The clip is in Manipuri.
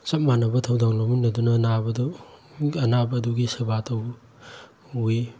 ꯆꯞ ꯃꯥꯟꯅꯅ ꯊꯧꯗꯥꯡ ꯂꯧꯃꯤꯟꯅꯗꯨꯅ ꯅꯥꯕꯗꯨ ꯑꯅꯥꯕ ꯑꯗꯨꯒꯤ ꯁꯦꯕꯥ ꯇꯧꯏ